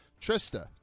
Trista